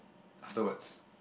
afterwards